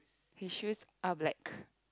his shoes are black